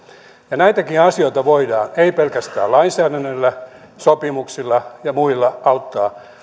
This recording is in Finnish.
yksinäisyyttä näitäkin asioita voidaan auttaa ei pelkästään lainsäädännöllä sopimuksilla ja muilla